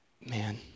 man